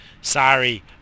Sorry